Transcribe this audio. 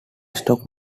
stock